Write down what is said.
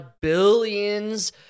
billions